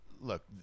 look